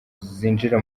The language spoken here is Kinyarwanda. zinjira